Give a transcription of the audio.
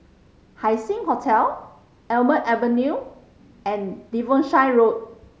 Haising Hotel Almond Avenue and Devonshire Road